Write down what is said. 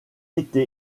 été